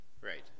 Right